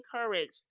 encouraged